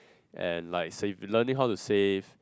and like save learning how to save